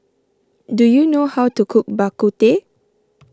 do you know how to cook Bak Kut Teh